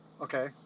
Okay